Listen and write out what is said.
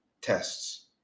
tests